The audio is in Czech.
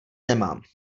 nemám